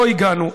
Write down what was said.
לא הגענו,